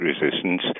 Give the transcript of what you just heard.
resistance